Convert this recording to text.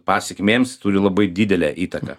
pasekmėms turi labai didelę įtaką